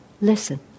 listen